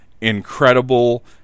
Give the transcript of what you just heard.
incredible